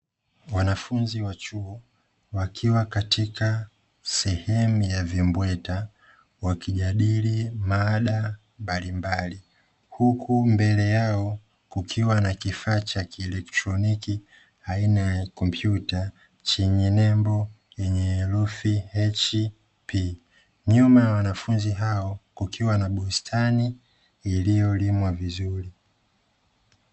Wanafunzi wa chuo wakiwa katika sehemu ya vibweta wakijadili maada mbalimbali huku mbele yao kukiwa na kifaa cha kieletroniki aina ya komptuta chenye nembo yenye herufi 'HP' nyuma ya wanafunzi hao kukiwa na bustani iliyolimwa vizuri.